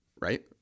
right